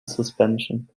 suspension